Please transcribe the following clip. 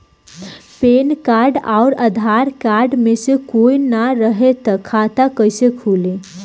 Pan card आउर Aadhaar card मे से कोई ना रहे त खाता कैसे खुली?